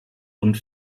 und